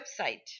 website